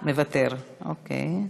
מוותר, אוקיי.